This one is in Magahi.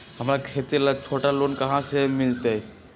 हमरा खेती ला छोटा लोने कहाँ से मिलतै?